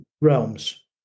realms